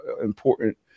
important